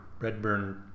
Redburn